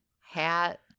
hat